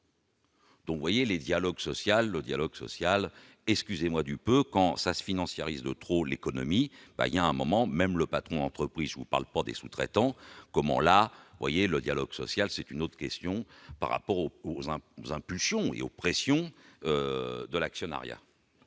dialogue social, le dialogue social, excusez-moi du peu, quand à s'financiarisée trop l'économie il y a un moment même le patron entreprise vous parle pas des sous-traitants, comment la voyez le dialogue social, c'est une autre question par rapport au au rejointe nous impulsion et aux pressions de l'actionnariat.